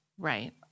Right